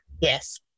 yes